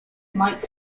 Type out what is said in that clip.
mike